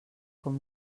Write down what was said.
com